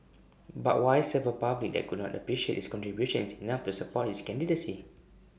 but why serve A public that could not appreciate his contributions enough to support his candidacy